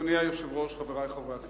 אדוני היושב-ראש, חברי חברי הכנסת,